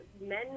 men